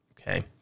okay